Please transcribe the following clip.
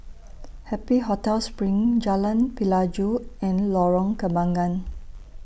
Happy Hotel SPRING Jalan Pelajau and Lorong Kembangan